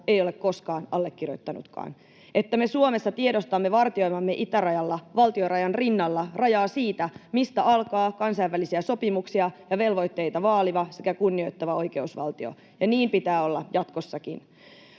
ei ole koskaan allekirjoittanutkaan, että me Suomessa tiedostamme vartioivamme itärajalla valtionrajan rinnalla rajaa siitä, mistä alkaa kansainvälisiä sopimuksia ja velvoitteita vaaliva sekä kunnioittava oikeusvaltio, [Vasemmalta: